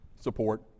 support